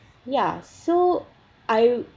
ya so I